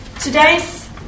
Today's